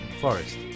forest